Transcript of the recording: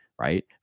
right